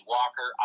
Walker